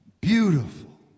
beautiful